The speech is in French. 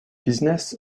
business